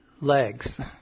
legs